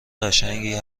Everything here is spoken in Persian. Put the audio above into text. قشنگی